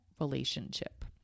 relationship